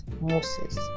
moses